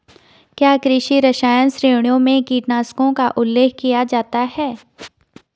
क्या कृषि रसायन श्रेणियों में कीटनाशकों का उल्लेख किया जाता है?